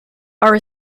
are